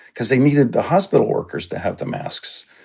because they needed the hospital workers to have the masks.